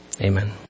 Amen